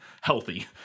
healthy